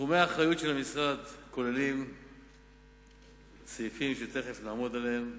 תחומי האחריות של המשרד כוללים סעיפים שתיכף נעמוד עליהם.